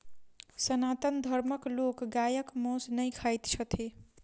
सनातन धर्मक लोक गायक मौस नै खाइत छथि